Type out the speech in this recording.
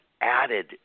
added